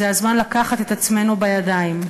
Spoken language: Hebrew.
זה הזמן לקחת את עצמנו בידיים,